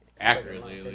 Accurately